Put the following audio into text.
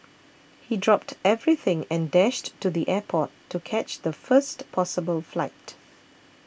he dropped everything and dashed to the airport to catch the first possible flight